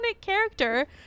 character